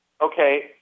okay